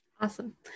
Awesome